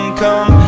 come